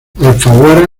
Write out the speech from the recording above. alfaguara